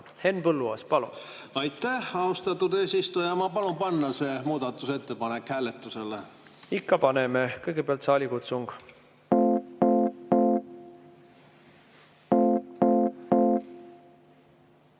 hääletusele. Aitäh, austatud eesistuja! Ma palun panna see muudatusettepanek hääletusele. Ikka paneme. Kõigepealt saalikutsung.